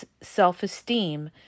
self-esteem